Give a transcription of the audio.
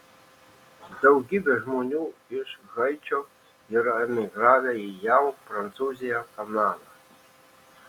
daugybė žmonių iš haičio yra emigravę į jav prancūziją kanadą